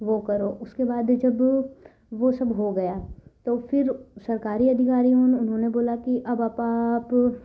वह करो उसके बाद जब वह सब हो गया तो फ़िर सरकारी अधिकारी उन्होंने बोला कि अब आप